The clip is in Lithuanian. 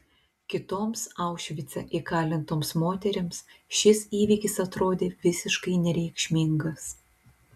kitoms aušvice įkalintoms moterims šis įvykis atrodė visiškai nereikšmingas